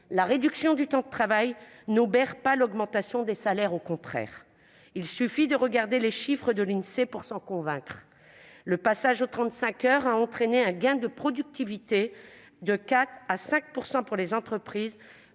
peuvent affirmer, elle n'obère pas l'augmentation des salaires, au contraire. Il suffit de regarder les chiffres de l'Insee pour s'en convaincre. Le passage aux 35 heures a entraîné un gain de productivité de 4 % à 5 % pour les entreprises,